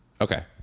Okay